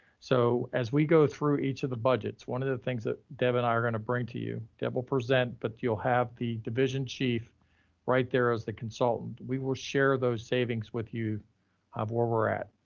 so as we go through each of the budgets, one of the things that deb and i are gonna bring to you, deb, we'll present, but you'll have the division chief right there as the consultant, we will share those savings with you of where we're at.